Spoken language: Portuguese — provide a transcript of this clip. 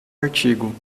artigo